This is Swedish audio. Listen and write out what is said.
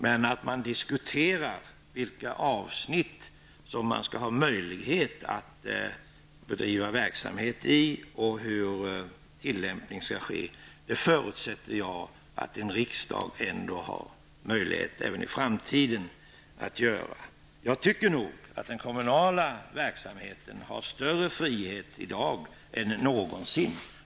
Men att man diskuterar vilka avsnitt som man skall ha möjlighet att bedriva verksamhet i och hur tillämpningen skall ske, förutsätter jag att riksdagen även i framtiden har möjlighet att göra. Jag tycker att den kommunala verksamheten har större frihet i dag än någonsin.